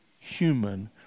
human